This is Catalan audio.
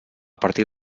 partir